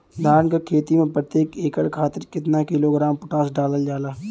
धान क खेती में प्रत्येक एकड़ खातिर कितना किलोग्राम पोटाश डालल जाला?